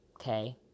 Okay